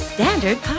Standard